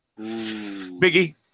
Biggie